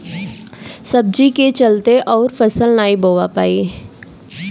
सब्जी के चलते अउर फसल नाइ बोवा पाई